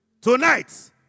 tonight